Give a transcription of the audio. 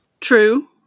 True